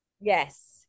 Yes